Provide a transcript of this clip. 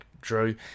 drew